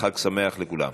חג שמח לכולם.